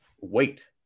wait